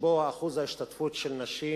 שבו שיעור ההשתתפות של נשים